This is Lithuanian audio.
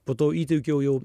po to įteikiau jau